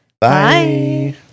Bye